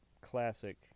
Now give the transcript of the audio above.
classic